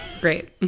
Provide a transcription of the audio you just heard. Great